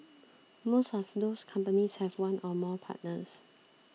most of those companies have one or more partners